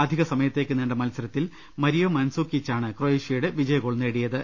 അധിക സമയത്തേക്ക് നീണ്ട മത്സരത്തിൽ മരിയോ മൻസൂകിച്ചാണ് ക്രൊയേ ഷ്യയുടെ വിജയ ഗോൾ നേടിയത്